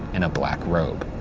and a black robe.